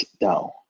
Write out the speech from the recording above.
down